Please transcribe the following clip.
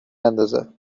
اندازد